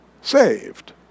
saved